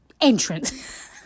entrance